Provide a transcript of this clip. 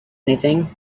anything